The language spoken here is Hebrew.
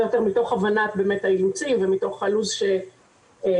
יותר מתוך הבנת באמת האילוצים ומתוך הלו"ז שהתבקשנו,